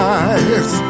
eyes